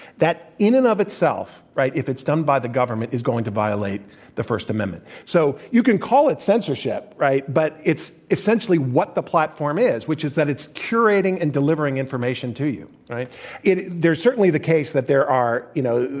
that, in and of itself, right, if it's done by the government, is going to violate the first amendment. so you can call it censorship, right, but it's essentially what the platform is, which is that it's cure rating and delivering information to you, right? and so it there's certainly the case that there are you know,